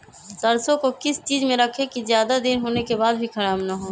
सरसो को किस चीज में रखे की ज्यादा दिन होने के बाद भी ख़राब ना हो?